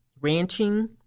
ranching